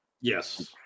Yes